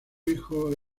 hijo